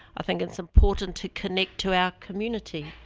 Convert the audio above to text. i think it's important to connect to our community,